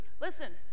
Listen